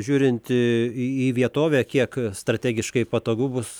žiūrint į į vietovę kiek strategiškai patogu bus